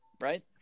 right